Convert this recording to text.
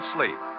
Sleep